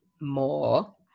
more